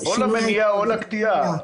או למניעה או לקטיעה.